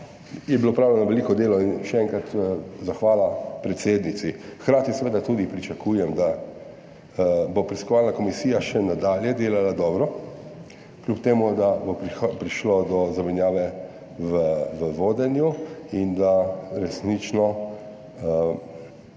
je bilo opravljeno veliko delo in še enkrat zahvala predsednici. Hkrati seveda tudi pričakujem, da bo preiskovalna komisija še nadalje delala dobro, kljub temu da bo prišlo do zamenjave v vodenju, da resnično